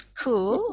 cool